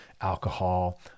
alcohol